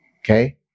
Okay